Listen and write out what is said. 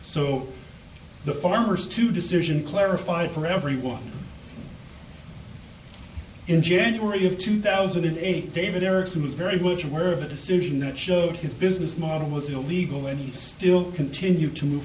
so the farmers to decision clarified for everyone in january of two thousand and eight david erickson was very much aware of a decision that showed his business model was illegal and he still continue to move